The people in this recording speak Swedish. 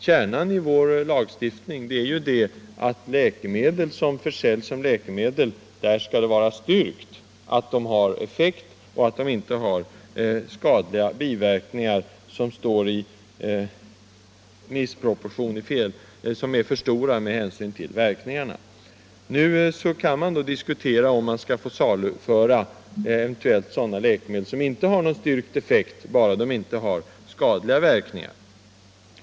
Kärnan i vår lagstiftning är att preparat som försäljs som läkemedel skall ha styrkt effekt och inte några skadliga biverkningar som är för stora med hänsyn till verkningarna. Man kan diskutera om sådana läkemedel som inte har styrkt effekt eventuellt skall få saluföras bara de inte har skadliga verkningar.